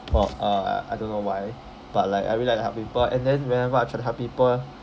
for uh I don't know why but like I really like to help people and then whenever I try to help people